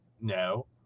no